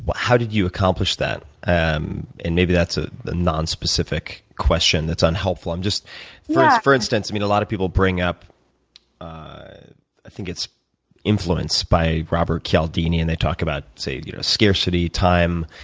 how did you accomplish that? and and maybe that's a non-specific question that's unhelpful. i'm just yeah. for instance, i mean, a lot of people bring up i think it's influence by robert cialdini and they talk about say, you know, scarcity, time,